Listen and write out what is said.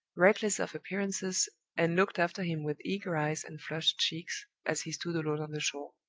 reckless of appearances and looked after him with eager eyes and flushed checks, as he stood alone on the shore.